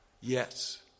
Yes